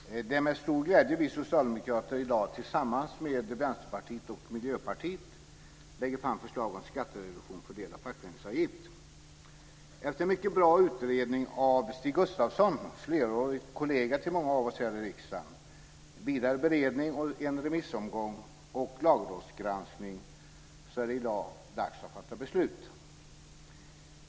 Fru talman! Det är med stor glädje vi socialdemokrater i dag tillsammans med Vänsterpartiet och Miljöpartiet lägger fram förslag om skattereduktion för del av fackföreningsavgift. Efter en mycket bra utredning av Stig Gustafsson, flerårig kollega till många av oss här i riksdagen, vidare beredning, en remissomgång och lagrådsgranskning är det i dag dags att fatta beslut.